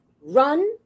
run